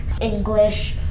English